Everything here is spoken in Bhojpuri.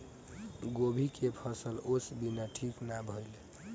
गोभी के फसल ओस बिना ठीक ना भइल